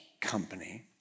company